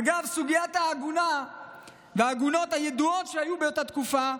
אגב סוגיית העגונה והעגונות הידועות שהיו באותה תקופה,